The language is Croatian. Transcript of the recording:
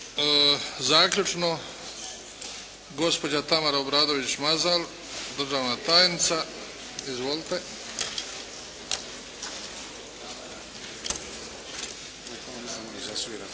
Zaključno, gospođa Tamara Obradović Mazal, državna tajnica. Izvolite. **Obradović